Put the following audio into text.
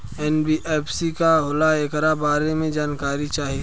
NBFC का होला ऐकरा बारे मे जानकारी चाही?